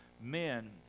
men